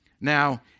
now